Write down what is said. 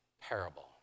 parable